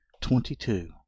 Twenty-two